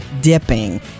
dipping